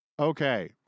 okay